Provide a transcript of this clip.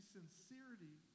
sincerity